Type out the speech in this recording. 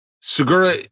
Segura